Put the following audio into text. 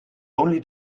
only